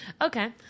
Okay